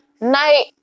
Night